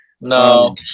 No